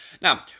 Now